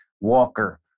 Walker